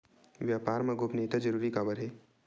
व्यापार मा गोपनीयता जरूरी काबर हे?